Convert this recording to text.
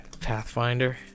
Pathfinder